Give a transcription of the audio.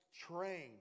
trained